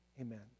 Amen